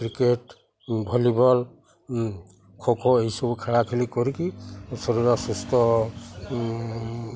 cricket volleyball kho kho ଏଇସବୁ ଖେଳାଖେଳି କରିକି ଶରୀରର ସୁସ୍ଥ